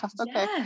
Okay